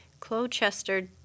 Clochester